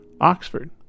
Oxford